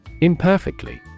Imperfectly